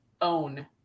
own